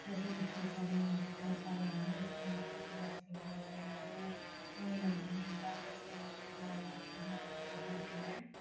हाजार हाजार नस्थ' जालाङो जोंहा खिथि बाथि मावनायावबो मावनानै मोनबाबो जोंहा फान्नायाव जोहा अफखार गैया